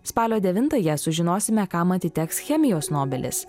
spalio devintąją sužinosime kam atiteks chemijos nobelis